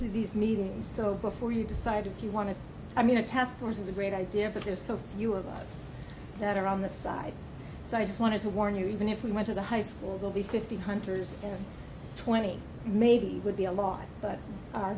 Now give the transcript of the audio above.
to these meetings so before you decide if you want to i mean a task force is a great idea but there's so few of us that are on the side so i just wanted to warn you even if we went to the high school that we could be hunters twenty maybe would be a lot but